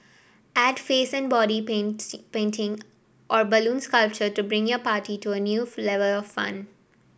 add face and body painting or balloon sculpture to bring your party to a new of fun